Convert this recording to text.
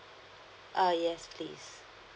uh yes please